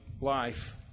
life